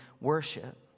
worship